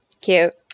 cute